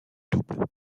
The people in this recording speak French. double